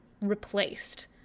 replaced